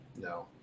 no